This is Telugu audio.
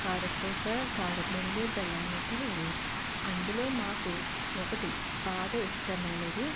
కారపూస కారపుబుంది బెల్లంమట్టి ఇవి అందులో మాకు ఒకటి బాగా ఇష్టమైనది